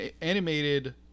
animated